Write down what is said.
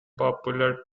popular